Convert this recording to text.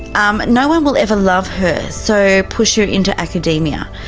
um no one will ever love her, so push her into academia.